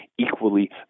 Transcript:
equally